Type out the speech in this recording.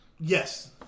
Yes